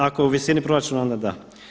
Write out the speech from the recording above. Ako je u visini proračuna onda da.